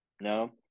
No